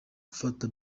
gufata